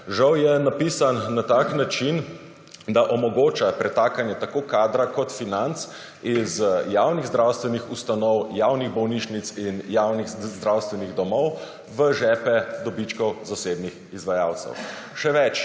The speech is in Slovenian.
Žal je napisan na tak način, da omogoča pretakanje tako kadra kot financ iz javnih zdravstvenih ustanov, javnih bolnišnic in javnih zdravstvenih domov v žepe dobičkov zasebnih izvajalcev. Še več,